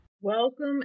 Welcome